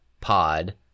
pod